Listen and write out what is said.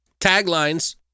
Taglines